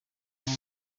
ford